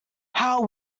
how